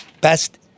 Best